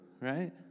right